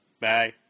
Bye